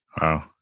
Wow